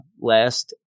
last